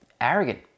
arrogant